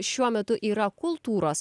šiuo metu yra kultūros